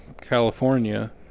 california